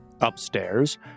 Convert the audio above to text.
upstairs